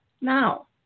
now